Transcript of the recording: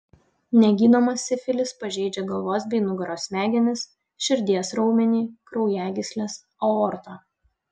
negydomas sifilis pažeidžia galvos bei nugaros smegenis širdies raumenį kraujagysles aortą